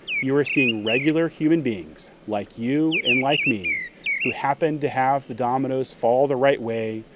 you are seeing regular human beings like you and like me who happen to have the dominoes fall the right way,